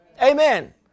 Amen